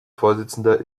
vorsitzender